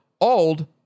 old